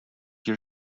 your